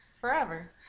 forever